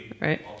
right